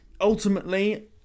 ultimately